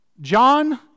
John